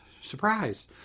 surprise